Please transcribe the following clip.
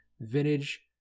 vintage